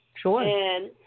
Sure